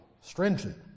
stringent